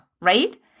right